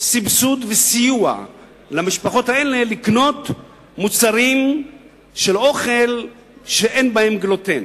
סבסוד וסיוע למשפחות האלה כדי שיוכלו לקנות מוצרי אוכל שאין בהם גלוטן,